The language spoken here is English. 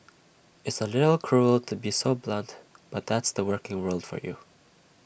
it's A little cruel to be so blunt but that's the working world for you